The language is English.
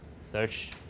search